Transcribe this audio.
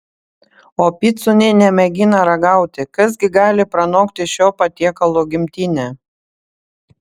o picų nė nemėgina ragauti kas gi gali pranokti šio patiekalo gimtinę